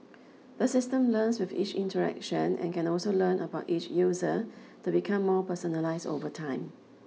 the system learns with each interaction and can also learn about each user to become more personalised over time